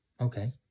okay